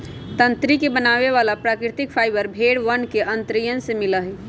तंत्री के बनावे वाला प्राकृतिक फाइबर भेड़ वन के अंतड़ियन से मिला हई